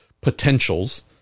potentials